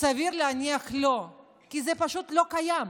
סביר להניח שלא, כי זה פשוט לא קיים.